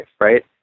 right